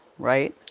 right?